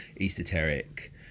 esoteric